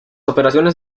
operaciones